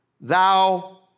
thou